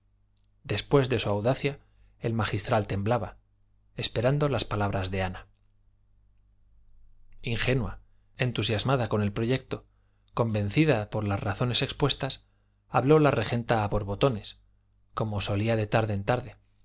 después de su audacia el magistral temblaba esperando las palabras de ana ingenua entusiasmada con el proyecto convencida por las razones expuestas habló la regenta a borbotones como solía de tarde en tarde